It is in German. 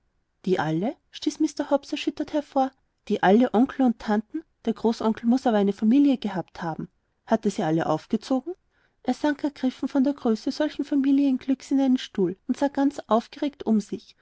die alle stieß mr hobbs erschüttert hervor die alle onkel und tanten der großonkel muß aber eine familie gehabt haben hat er sie alle aufgezogen er sank ergriffen von der größe solchen familienglücks in einen stuhl und sah ganz aufgeregt um sich